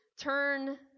turn